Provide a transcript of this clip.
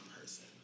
person